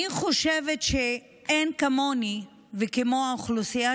אני חושבת שאין כמוני וכמו האוכלוסייה